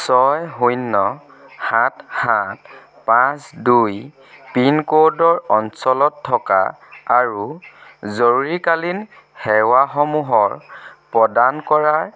ছয় শূন্য সাত সাত পাঁচ দুই পিন ক'ডৰ অঞ্চলত থকা আৰু জৰুৰীকালীন সেৱাসমূহৰ প্ৰদান কৰাৰ